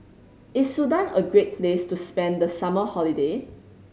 is Sudan a great place to spend the summer holiday